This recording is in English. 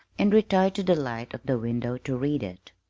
and retired to the light of the window to read it.